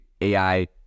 AI